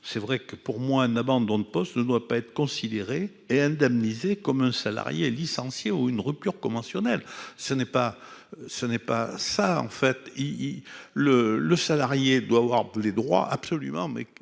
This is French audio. c'est vrai que pour moi, un abandon de poste ne doit pas être considérée et indemnisé comme un salarié licencié ou une rupture conventionnelle, ce n'est pas, ce n'est pas ça en fait, il le le salarié doit avoir les droits absolument,